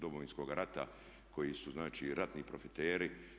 Domovinskoga rata, koji su znači ratni profiteri?